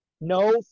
No